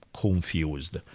confused